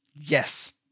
yes